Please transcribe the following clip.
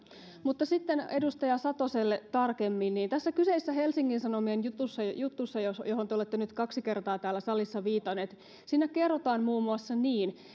sitten edustaja satoselle tarkemmin tässä kyseisessä helsingin sanomien jutussa jutussa johon te olette nyt kaksi kertaa täällä salissa viitannut kerrotaan muun muassa niin